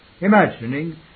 imagining